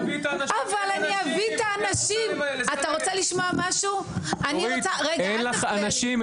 אתה רוצה לשמוע משהו --- אין לך אנשים,